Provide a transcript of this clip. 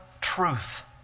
Truth